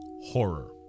horror